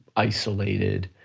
isolated.